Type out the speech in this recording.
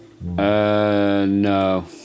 no